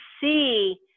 see